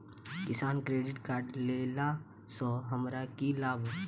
किसान credit card लेला सऽ हमरा की लाभ?